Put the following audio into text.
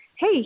hey